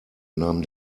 nahm